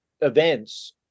events